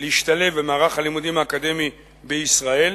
להשתלב במערך הלימודים האקדמי בישראל